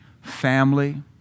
family